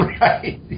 right